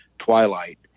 twilight